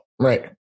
right